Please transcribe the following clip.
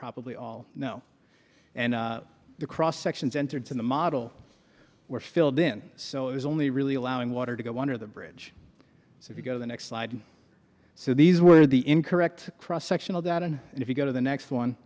probably all know and the cross sections entered in the model were filled in so it was only really allowing water to go under the bridge so if you go to the next slide so these were the incorrect cross section of that and if you go to the next one